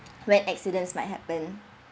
when accidents might happen